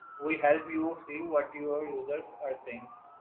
we help you see what your users are saying